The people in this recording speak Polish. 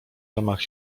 ramach